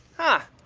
huh